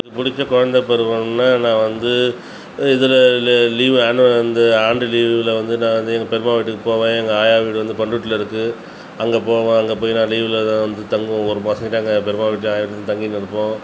எனக்கு பிடிச்ச குழந்தை பருவம்னா நான் வந்து இதில் இதில் லீவ் ஆனுவல் வந்து ஆண்டு லீவில வந்து நான் வந்து எங்கள் பெரியம்மா வீட்டுக்கு போவேன் எங்கள் ஆயா வீடு வந்து பண்ரூட்டியில இருக்கு அங்கே போவேன் அங்கே போய் நான் லீவுல தான் வந்து தங்குவேன் ஒரு மாதங்கிட்ட அங்கே பெரியம்மா வீட்லையும் ஆயா வீட்லையும் தங்கின்னு இருப்போம்